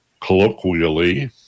colloquially